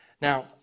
Now